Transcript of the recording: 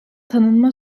tanınma